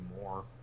more